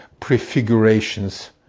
Prefigurations